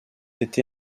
été